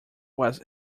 was